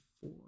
four